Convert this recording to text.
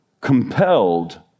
compelled